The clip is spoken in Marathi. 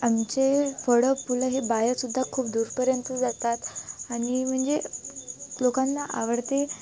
आमचे फळं फुलं हे बाहेरसुद्धा खूप दूरपर्यंत जातात आणि म्हणजे लोकांना आवडते